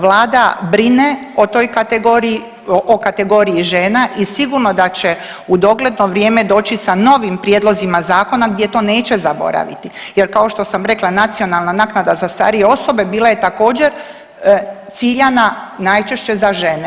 Vlada brine o toj kategoriji, o kategoriji žena i sigurno da će u dogledno vrijeme doći sa novim prijedlozima zakona gdje to neće zaboraviti jer kao što sam rekla, nacionalna naknada za starije osobe bila je također, ciljana, najčešće za žene.